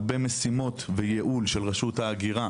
הרבה משימות וייעול של רשות ההגירה,